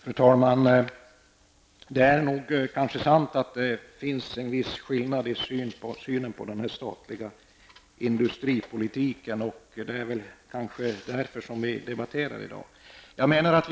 Fru talman! Det är nog sant att det finns en viss skillnad i vår syn på industripolitiken, och det är väl därför som vi debatterar den här frågan i dag.